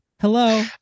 Hello